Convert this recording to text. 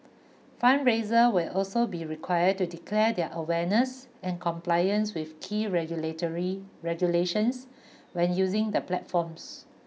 fundraiser will also be required to declare their awareness and compliance with key regulatory regulations when using the platforms